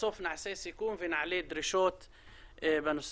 בסוף נעשה סיכום ונעלה דרישות בנושא.